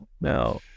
No